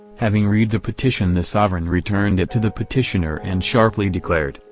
having read the petition the sovereign returned it to the petitioner and sharply declared,